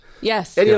yes